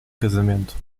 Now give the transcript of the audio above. casamento